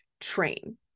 train